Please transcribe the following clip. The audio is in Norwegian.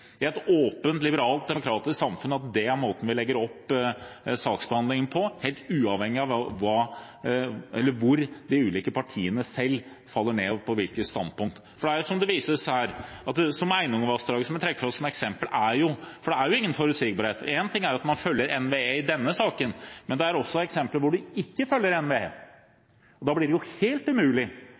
et åpent, liberalt og demokratisk samfunn at det er måten vi legger opp saksbehandlingen på, helt uavhengig av hvilke standpunkter de ulike partiene selv faller ned på. Einunnavassdraget blir trukket fram som et eksempel – det er jo ingen forutsigbarhet. Én ting er at man følger NVE i denne saken, men det er også eksempler hvor en ikke følger NVE, og da blir det helt umulig